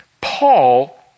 Paul